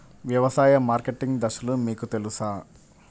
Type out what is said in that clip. వ్యవసాయ మార్కెటింగ్ దశలు మీకు తెలుసా?